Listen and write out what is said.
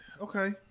Okay